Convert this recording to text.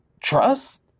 trust